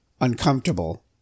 uncomfortable